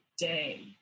Day